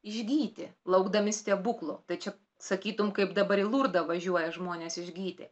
išgyti laukdami stebuklo tai čia sakytum kaip dabar į lurdą važiuoja žmonės išgyti